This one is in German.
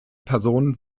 person